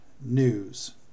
news